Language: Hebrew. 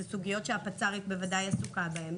אלה סוגיות שהפצע"רית בוודאי עסוקה בהן.